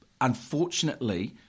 Unfortunately